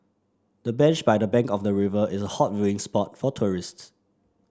the bench by the bank of the river is a hot viewing spot for tourists